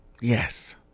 Yes